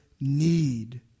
need